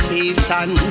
Satan